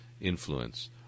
influence